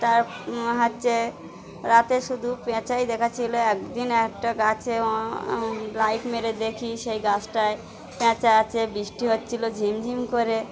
তার হচ্ছে রাতে শুধু পেঁচাই দেখাচ্ছিল একদিন একটা গাছে লাইট মেরে দেখি সেই গাছটায় পেঁচা আছে বৃষ্টি হচ্ছিল ঝিম ঝিম করে